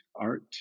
art